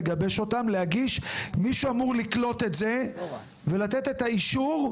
לגבש אותן ולהגיש אותן; מישהו אמור לקלוט את זה ולתת את האישור,